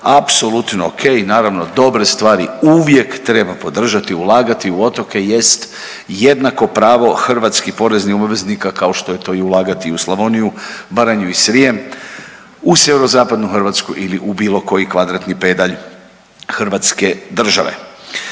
apsolutno okej i naravno dobre stvari uvijek treba podržati i ulagati u otoke jest jednako pravo hrvatskih poreznih obveznika kao što je to i ulagati u Slavoniju, Baranju i Srijem, u sjeverozapadnu Hrvatsku ili u bilo koji kvadratni pedalj hrvatske države.